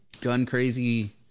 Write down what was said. gun-crazy